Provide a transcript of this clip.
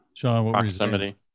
proximity